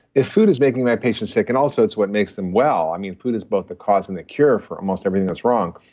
if food is making my patients sick, and also it's what makes them well. i mean, food is both the cause and the cure for almost everything that's wrong